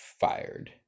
fired